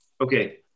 Okay